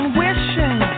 wishing